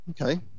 okay